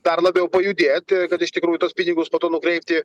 dar labiau pajudėti kad iš tikrųjų tuos pinigus po to nukreipti